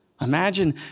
Imagine